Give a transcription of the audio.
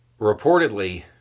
reportedly